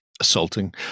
assaulting